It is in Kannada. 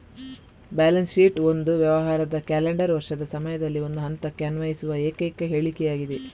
ಬ್ಯಾಲೆನ್ಸ್ ಶೀಟ್ ಒಂದು ವ್ಯವಹಾರದ ಕ್ಯಾಲೆಂಡರ್ ವರ್ಷದ ಸಮಯದಲ್ಲಿ ಒಂದು ಹಂತಕ್ಕೆ ಅನ್ವಯಿಸುವ ಏಕೈಕ ಹೇಳಿಕೆಯಾಗಿದೆ